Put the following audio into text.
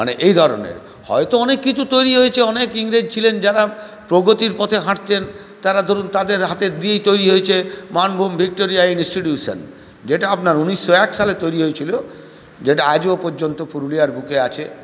মানে এই ধরনের হয়তো অনেক কিছু তৈরি হয়েছে অনেক ইংরেজ ছিলেন যারা প্রগতির পথে হাঁটতেন তারা ধরুন তাদের হাতের দিয়েই তৈরি হয়েছে মানভূম ভিক্টোরিয়া ইনস্টিটিউশন যেটা আপনার উনিশশো এক সালে তৈরি হয়েছিল যেটা আজও পর্যন্ত পুরুলিয়ার বুকে আছে